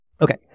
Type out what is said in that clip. Okay